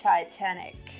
Titanic